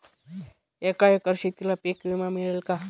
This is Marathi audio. एका एकर शेतीला पीक विमा मिळेल का?